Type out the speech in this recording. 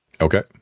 Okay